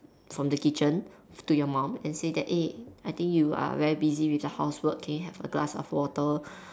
from the kitchen to your mum and say that eh I think you are very busy with the housework can you have a glass of water